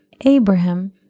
Abraham